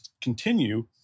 continue